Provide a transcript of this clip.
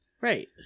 Right